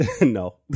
no